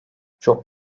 çok